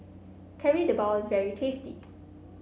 Kari Debal is very tasty